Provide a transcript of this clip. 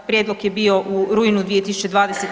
Prijedlog je bio u rujnu 2020.